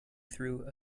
threw